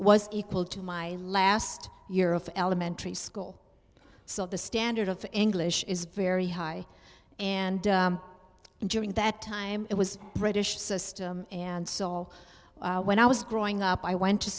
was equal to my last year of elementary school so the standard of english is very high and during that time it was british system and saw when i was growing up i went to